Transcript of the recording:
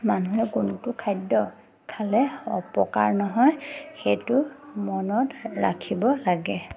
মানুহে কোনটো খাদ্য খালে অপকাৰ নহয় সেইটো মনত ৰাখিব লাগে